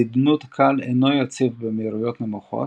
נדנוד קל אינו יציב במהירויות נמוכות,